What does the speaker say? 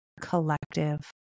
collective